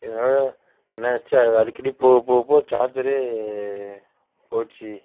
இதனால என்ன ஆச்சு அடிக்கடி போக போக போக சார்ஜரே போய்டுச்சி